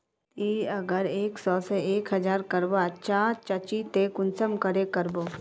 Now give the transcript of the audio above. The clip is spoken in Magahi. ती अगर एक सो से एक हजार करवा चाँ चची ते कुंसम करे करबो?